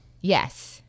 Yes